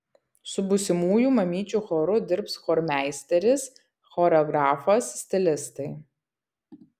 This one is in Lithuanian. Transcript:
su būsimųjų mamyčių choru dirbs chormeisteris choreografas stilistai